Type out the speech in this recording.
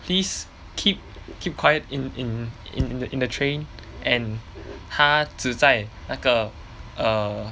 please keep keep quiet in in in the in the train and 他指在那个 err